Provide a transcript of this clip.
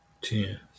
ten